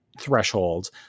threshold